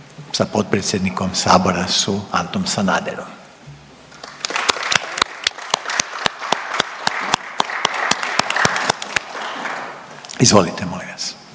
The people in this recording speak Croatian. sa potpredsjednikom Sabora su Antom Sanaderom. /Pljesak./ Izvolite molim vas.